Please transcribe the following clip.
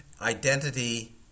identity